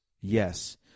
yes